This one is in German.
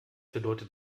bedeutet